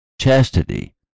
chastity